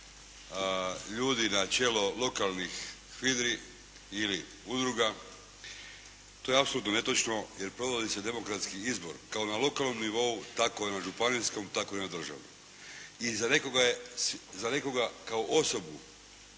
ljudi na čelo lokalnih HVIDRA-i ili udruga. To je apsolutno netočno jer provodi se demokratski izbor kao na lokalnom nivou, tako i na županijskom, tako i na državnom. I za nekoga kao osobu